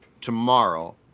tomorrow